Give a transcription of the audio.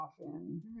often